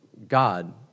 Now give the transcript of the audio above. God